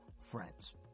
friends